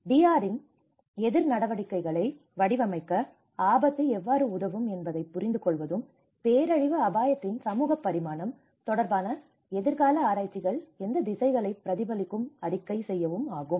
DRRன் எதிர் நடவடிக்கைகளை வடிவமைக்க ஆபத்து எவ்வாறு உதவும் என்பதைப் புரிந்து கொள்வதும் பேரழிவு அபாயத்தின் சமூக பரிமாணம் தொடர்பான எதிர்கால ஆராய்ச்சி திசைகளை பிரதிபலிக்கவும் அறிக்கை செய்யவும் ஆகும்